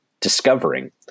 discovering